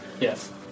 Yes